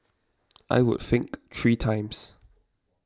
I would think three times